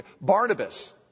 Barnabas